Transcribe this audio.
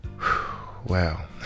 Wow